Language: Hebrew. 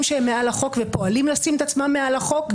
שהם מעל החוק ופועלים לשים את עצמם מעל החוק,